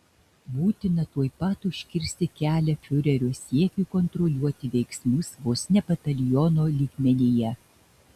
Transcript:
būtina tuoj pat užkirsti kelią fiurerio siekiui kontroliuoti veiksmus vos ne bataliono lygmenyje